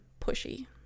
pushy